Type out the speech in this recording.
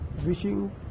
wishing